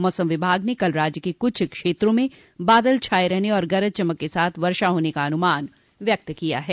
मौसम विभाग ने कल राज्य के कुछ क्षेत्रों में बादल छाये रहने तथा गरज चमक के साथ वर्षा होने का अनुमान व्यक्त किया है